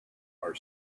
our